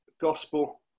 Gospel